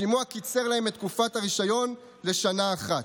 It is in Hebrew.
השימוע קיצר להם את תקופה הרישיון לשנה אחת,